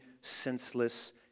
senseless